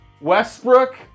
Westbrook